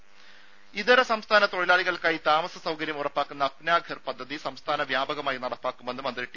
ദ്ദേ ഇതര സംസ്ഥാന തൊഴിലാളികൾക്കായി താമസ സൌകര്യം ഉറപ്പാക്കുന്ന അപ്നാഘർ പദ്ധതി സംസ്ഥാന വ്യാപകമായി നടപ്പാക്കുമെന്ന് മന്ത്രി ടി